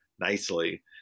Nicely